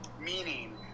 meaning